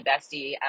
bestie